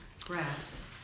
grass